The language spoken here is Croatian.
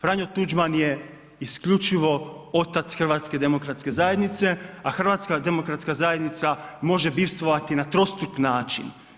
Franjo Tuđman je isključivo otac HDZ-a, a HDZ može bivstvovati na trostruk način.